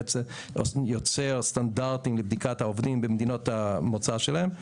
שבאמת זה יוצר סטנדרטים לבדיקת העובדים במדינות המוצא שלהם,